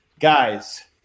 Guys